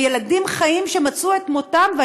בילדים חיים, שמצאו את מותם.